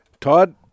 Todd